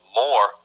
more